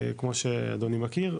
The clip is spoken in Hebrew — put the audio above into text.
כמו שאדוני מכיר,